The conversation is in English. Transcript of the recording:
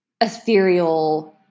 ethereal